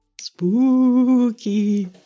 Spooky